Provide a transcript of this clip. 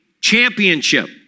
championship